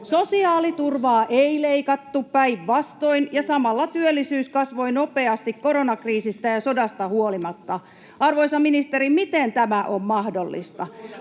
Sosiaaliturvaa ei leikattu, päinvastoin, ja samalla työllisyys kasvoi nopeasti koronakriisistä ja sodasta huolimatta. Arvoisa ministeri, miten tämä on mahdollista?